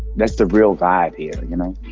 that's the real vibe here, you know?